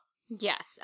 Yes